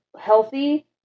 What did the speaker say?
healthy